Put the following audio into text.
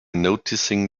noticing